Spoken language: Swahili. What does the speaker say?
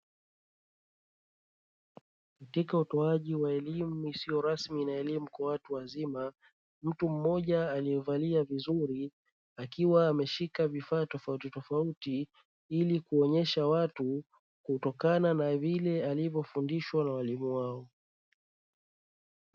Katika utoaji wa elimu isio rasmi na elimu kwa watu wazima, mtu mmoja aliyevalia vizuri akiwa ameshika vifaa tofauti tofauti ili kuonyesha watu kutokana na vile alivyofundishwa na walimu wao.